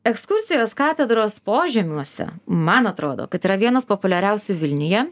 ekskursijos katedros požemiuose man atrodo kad yra vienos populiariausių vilniuje